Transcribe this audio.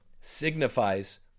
signifies